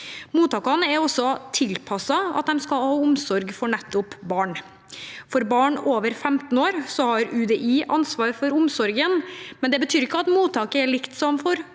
Mottakene er tilpasset at de skal ha omsorg for nettopp barn. For barn over 15 år har UDI ansvaret for omsorgen, men det betyr ikke at mottaket er likt som for